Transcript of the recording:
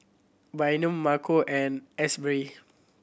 Bynum Marco and Asberry